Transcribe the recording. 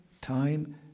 time